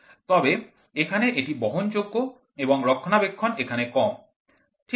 তবে এখানে এটি বহনযোগ্য এবং রক্ষণাবেক্ষণ এখানে কম ঠিক আছে